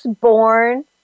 born